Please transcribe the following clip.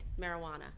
marijuana